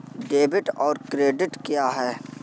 Debit और credit क्या है?